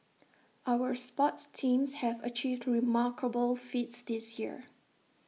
our sports teams have achieved remarkable feats this year